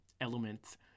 elements